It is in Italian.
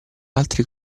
altri